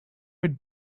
would